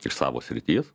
iš savo srities